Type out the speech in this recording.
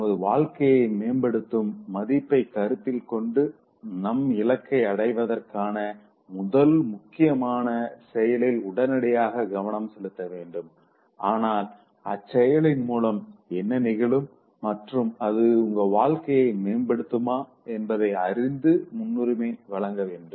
நமது வாழ்க்கையை மேம்படுத்தும் மதிப்பை கருத்தில்கொண்டு நம் இலக்கை அடைவதற்கான முதல் முக்கியமான செயலில் உடனடியாக கவனம் செலுத்த வேண்டும் ஆனால் அச் செயலின் மூலம் என்ன நிகழும் மற்றும் அது உங்க வாழ்க்கையை மேம்படுத்துமா என்பதை அறிந்து முன்னுரிமை வழங்க வேண்டும்